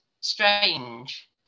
strange